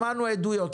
שמענו עדויות.